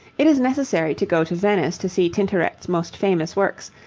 it is necessary to go to venice to see tintoret's most famous works,